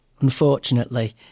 unfortunately